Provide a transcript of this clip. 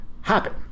happen